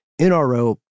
NRO